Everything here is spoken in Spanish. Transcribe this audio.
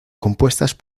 compuestas